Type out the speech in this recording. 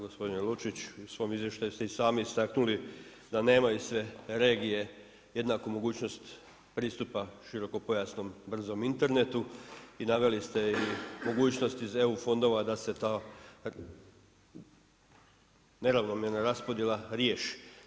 Gospodine Lučić u svom izvještu ste i sami istaknuli da nemaju sve regije jednaku mogućnost pristupa širokopojasnom brzom internetu i naveli ste mogućnosti iz eu fondova da se ta neravnomjerna raspodjela riješi.